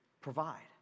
provide